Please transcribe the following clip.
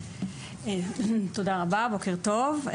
תודה רבה, בוקר טוב.